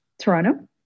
Toronto